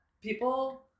people